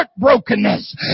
heartbrokenness